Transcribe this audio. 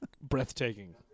breathtaking